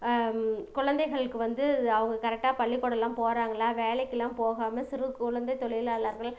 குழந்தைகளுக்கு வந்து அவங்க கரெக்டாக பள்ளிக்கூடம்லாம் போகிறாங்களா வேலைக்கெலாம் போகாமல் சிறு குழந்தை தொழிலாளர்கள்